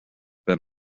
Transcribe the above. been